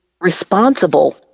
responsible